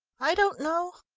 i don't know.